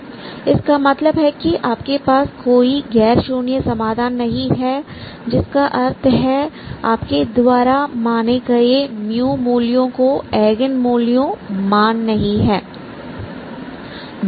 इसका मतलब है कि आपके पास कोई गैर शून्य समाधान नहीं है जिसका अर्थ है कि आपके द्वारा माने गए मूल्यों को एगेन मूल्यों मान नहीं है